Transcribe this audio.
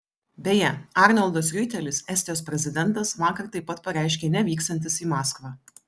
beje arnoldas riuitelis estijos prezidentas vakar taip pat pareiškė nevyksiantis į maskvą